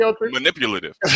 manipulative